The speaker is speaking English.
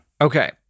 Okay